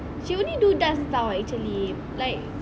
she only do dance [tau] actually